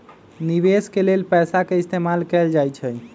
निवेश के लेल पैसा के इस्तमाल कएल जाई छई